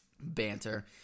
banter